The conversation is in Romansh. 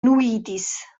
nuidis